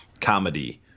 comedy